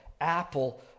apple